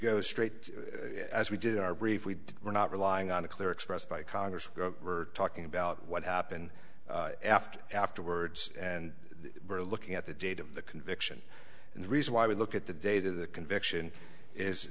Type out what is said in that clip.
go straight as we did in our brief we were not relying on a clear expressed by congress we're talking about what happened after afterwards and we're looking at the date of the conviction and the reason why we look at the data the conviction is